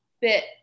bit